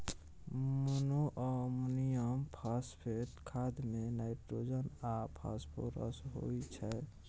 monoammonium phosphate खाद मे nitrogen आ फास्फोरस होइ छै